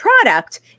product